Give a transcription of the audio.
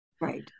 right